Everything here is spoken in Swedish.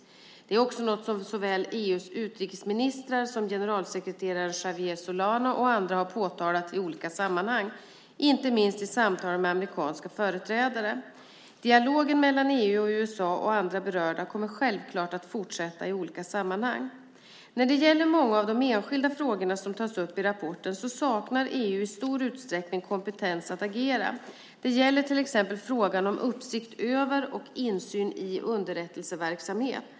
Detta är också något som såväl EU:s utrikesministrar som generalsekreteraren Javier Solana och andra har påtalat i olika sammanhang, inte minst i samtal med amerikanska företrädare. Dialogen mellan EU och USA och andra berörda kommer självklart att fortsätta i olika sammanhang. När det gäller många av de enskilda frågor som tas upp i rapporten saknar EU i stor utsträckning kompetens att agera. Det gäller till exempel frågan om uppsikt över och insyn i underrättelseverksamhet.